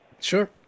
Sure